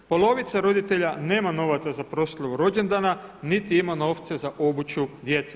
Polovica roditelja nema novaca za proslavu rođendana niti ima novce za obuću djece.